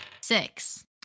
Six